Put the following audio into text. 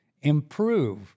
improve